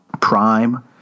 Prime